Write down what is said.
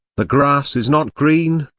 the grass is not green,